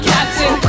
Captain